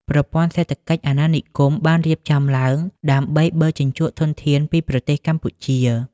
ប្រព័ន្ធសេដ្ឋកិច្ចអាណានិគមបានរៀបចំឡើងដើម្បីបឺតជញ្ជក់ធនធានពីប្រទេសកម្ពុជា។